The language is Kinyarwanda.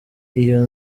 iyo